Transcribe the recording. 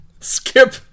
skip